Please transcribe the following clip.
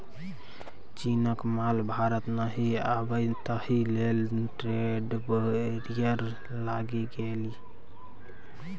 चीनक माल भारत नहि आबय ताहि लेल ट्रेड बैरियर लागि गेल